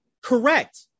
correct